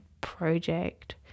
project